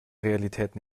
realität